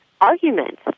argument